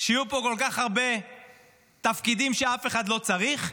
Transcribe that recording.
שיהיו פה כל כך הרבה תפקידים שאף אחד לא צריך,